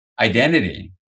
identity